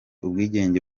ubwigenge